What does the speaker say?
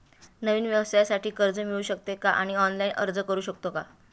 नवीन व्यवसायासाठी कर्ज मिळू शकते का आणि ऑनलाइन अर्ज करू शकतो का?